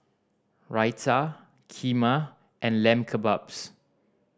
Raita Kheema and Lamb Kebabs